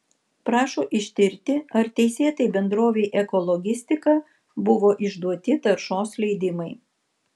prašo ištirti ar teisėtai bendrovei ekologistika buvo išduoti taršos leidimai